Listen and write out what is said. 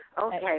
Okay